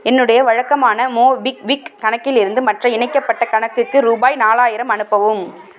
என்னுடைய வழக்கமான மோபிக்விக் கணக்கிலிருந்து மற்ற இணைக்கப்பட்ட கணக்குக்கு ரூபாய் நாலாயிரம் அனுப்பவும்